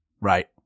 Right